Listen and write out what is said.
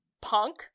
punk